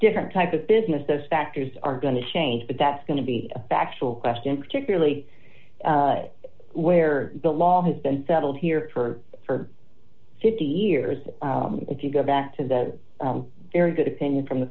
different type of business those factors are going to change but that's going to be a factual question particularly where the law has been settled here for for fifty years if you go back to the very good opinion from the